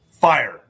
Fire